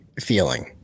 feeling